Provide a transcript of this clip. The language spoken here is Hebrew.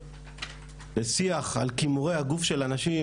זה שיח על קימורי הגוף של הנשים,